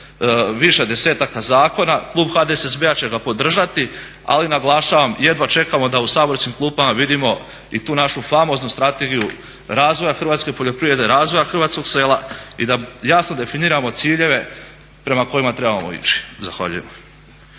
više desetaka zakona klub HDSSB-a će ga podržati. Ali naglašavam jedva čekamo da u saborskim klupama vidimo i tu našu famoznu strategiju razvoja hrvatske poljoprivrede, razvoja hrvatskog sela i da jasno definiramo ciljeve prema kojima trebamo ići. Zahvaljujem.